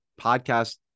podcast